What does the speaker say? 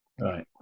right